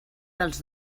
dels